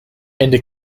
into